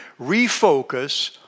refocus